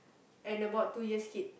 and about two years kid